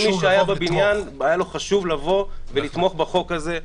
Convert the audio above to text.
כל מי שהיה בבניין היה לו חשוב לבוא ולתמוך בחוק הזה.